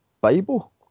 Bible